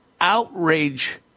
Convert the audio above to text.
Outrage